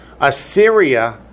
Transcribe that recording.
Assyria